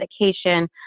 medication